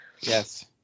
Yes